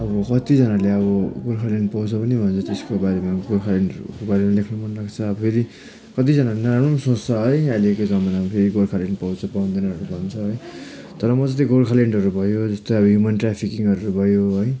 अब कतिजनाले अब गोर्खाल्यान्ड पाउँछ पनि भन्छ त्यसको बारेमा गोर्खाल्यान्डको बारेमा लेख्नु मनलाग्छ अब फेरि कतिजनाले नराम्रो पनि सोच्छ है अहिलेको जमानामा फेरि गोर्खाल्यान्ड पाउँछ पाउँदैन भनेर भन्छ है तर म चाहिँ त्यो गोर्खाल्यान्डहरू भयो जस्तो अब ह्युमन ट्राफिकिङहरू भयो है